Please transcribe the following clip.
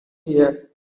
here